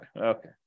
Okay